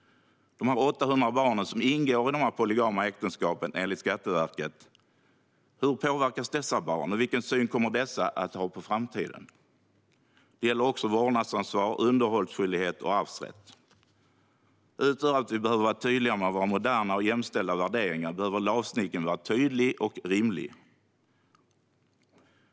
Och hur påverkas de 800 barn som enligt Skatteverket ingår i dessa polygama äktenskap? Vilken syn kommer de att ha på framtiden? Det handlar även om vårdnadsansvar, underhållsskyldighet och arvsrätt. Utöver att vi behöver vara tydliga med våra moderna och jämställda värderingar behöver lagstiftningen vara tydlig och rimlig.